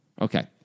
Okay